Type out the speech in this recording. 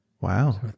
wow